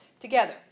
together